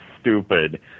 stupid